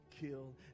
kill